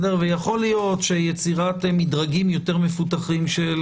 יכול להיות שיצירת מדרגים יותר מדי מפותחים של